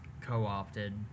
co-opted